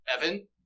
Evan